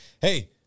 Hey